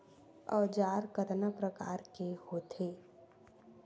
औजार कतना प्रकार के होथे?